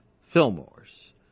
Fillmore's